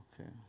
Okay